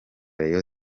rayon